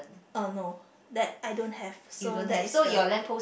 uh no that I don't have so that is the